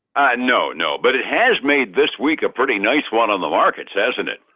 no. no. but it has made this week a pretty nice one on the markets, hasn't it?